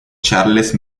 charles